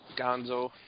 gonzo